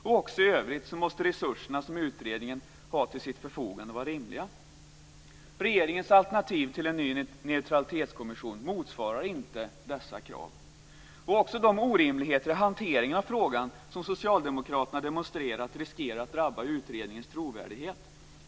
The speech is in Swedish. · Också i övrigt måste de resurser som utredningen har till sitt förfogande vara rimliga. Regeringens alternativ till en ny neutralitetskommission motsvarar inte dessa krav. Också de orimligheter i hanteringen av frågan som socialdemokraterna demonstrerat riskerar att drabba utredningens trovärdighet.